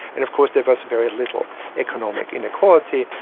and of course there was very little economic inequality.